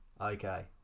Okay